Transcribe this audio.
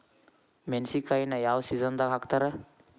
ಮೆಣಸಿನಕಾಯಿನ ಯಾವ ಸೇಸನ್ ನಾಗ್ ಹಾಕ್ತಾರ?